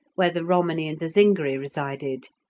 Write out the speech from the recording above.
where the romany and the zingari resided,